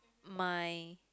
my